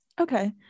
Okay